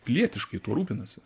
pilietiškai tuo rūpinasi